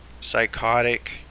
psychotic